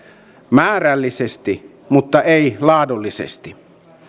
määrällisesti mutta ei laadullisesti